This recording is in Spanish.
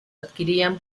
adquirían